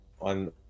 on